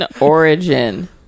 origin